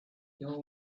even